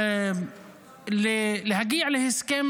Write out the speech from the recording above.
כשנגיע להסכם,